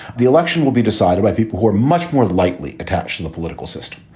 the election will be decided by people who are much more likely attached to the political system.